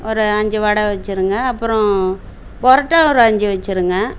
ஒரு அஞ்சு வடை வச்சிருங்க அப்புறம் பரோட்டா ஒரு அஞ்சு வச்சிருங்க